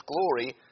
glory